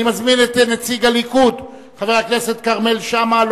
אני מזמין את נציג הליכוד, חבר הכנסת כרמל שאמה.